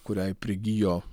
kuriai prigijo